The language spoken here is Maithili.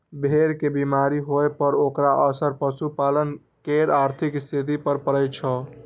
भेड़ के बीमार होइ पर ओकर असर पशुपालक केर आर्थिक स्थिति पर पड़ै छै